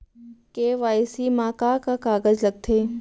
KYC मा का का कागज लगथे?